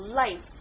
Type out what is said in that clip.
life